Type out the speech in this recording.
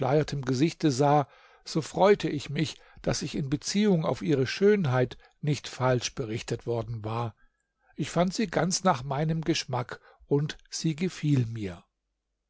gesichte sah so freute ich mich daß ich in beziehung auf ihre schönheit nicht falsch berichtet worden war ich fand sie ganz nach meinem geschmack und sie gefiel mir